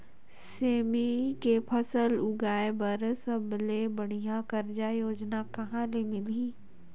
सेमी के फसल उगाई बार सबले बढ़िया कर्जा योजना कहा ले मिलही?